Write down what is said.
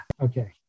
Okay